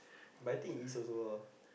but I think he eats also lah